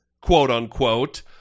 quote-unquote